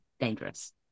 dangerous